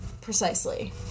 Precisely